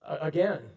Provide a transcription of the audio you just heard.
Again